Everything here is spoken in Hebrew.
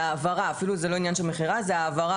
בהעברה זה אפילו לא עניין של מכירה מהלול.